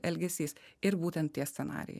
elgesys ir būtent tie scenarijai